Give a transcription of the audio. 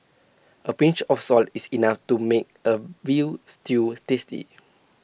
A pinch of salt is enough to make A Veal Stew tasty